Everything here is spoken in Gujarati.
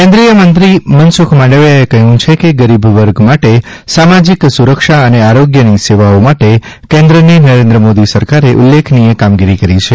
કેન્દ્રિયમંત્રી શ્રી મનસુખ માંડવિયાએ કહ્યું છે કે ગરીબ વર્ગ માટે સામાજીક સુરક્ષા અને લ આરોગ્યની સેવાઓ માટે કેન્દ્રની નરેન્દ્ર મોદી સરકારે ઉલ્લેખનીય કામગીરી કરી છે